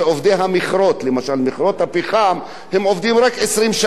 הם עובדים רק 20 שנה או 25 שנה,